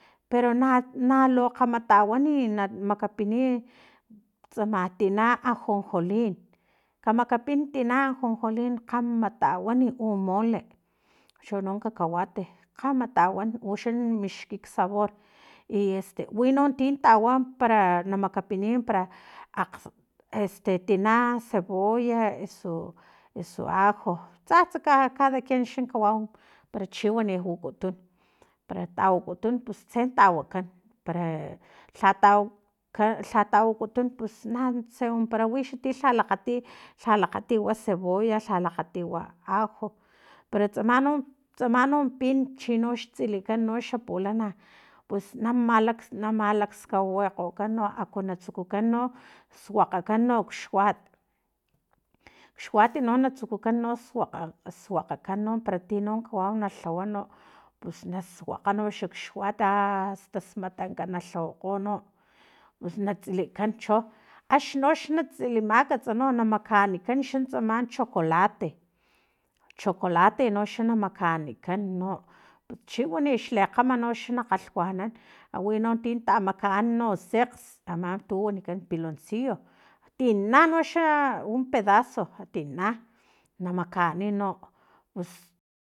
Pero na na lu kgama tawani na makapini tsama tina ajonjolin kamakapin tina ajonjolin kgama tawan u mole chono cacahuate kgama tawan uxa mixki xsabor i este wino tin tawa para na makapiniy para akg tina cebolla esu ajo tsatsa cada quien xa kawau para chiwani wakutun para tawakutun pus tse tawakan para lhatawa lhatawakutun pus natse wampara wixa ti lha lakgati lha lakgati wa cebolla lha lakgati wa ajo para tsama tsama no pin chinox tsilikan noxa pulana pus nama manalakskawilankgo aku na tsukukan no suakgakan xuat xuati no natsukukan suakgakan no para ti nokawau na lhawa no pus na suakga noxa kxuat asta smatanka nalhawakgo no na tsilikan cho axnoxa tsilimakats na makanikan xa tsama chocolate chocolate no uxa na makanikan pus chiwani xli kgama no xa na kgalhwanan awino ti tamakaan no sekgs ama tu wanikan piloncillo tina noxa un pedazo tina namakani no pus